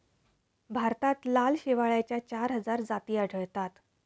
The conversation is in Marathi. भारतात लाल शेवाळाच्या चार हजार जाती आढळतात